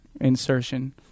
insertion